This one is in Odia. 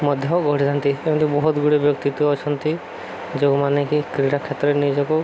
ମଧ୍ୟ ଗଢ଼ିଥାନ୍ତି ଏମିତି ବହୁତ ଗୁଡ଼ିଏ ବ୍ୟକ୍ତିତ୍ୱ ଅଛନ୍ତି ଯୋଉମାନେ କି କ୍ରୀଡ଼ା କ୍ଷେତ୍ରରେ ନିଜକୁ